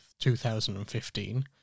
2015